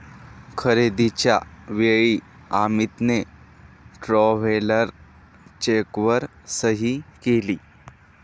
खरेदीच्या वेळी अमितने ट्रॅव्हलर चेकवर सही केली